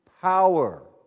power